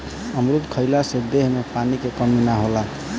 अमरुद खइला से देह में पानी के कमी ना होला